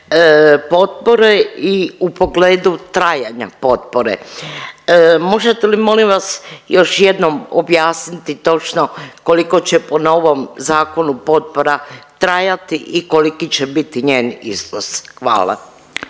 potpore i u pogledu trajanja potpore. Možete li molim vas, još jednom objasniti točno koliko će po novom zakonu potpora trajati i koliki će biti njen iznos? Hvala.